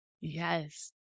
Yes